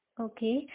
Okay